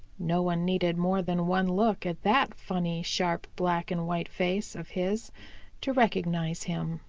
no one needed more than one look at that funny, sharp, black and white face of his to recognize him.